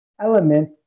element